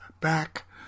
back